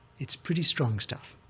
it's pretty strong stuff.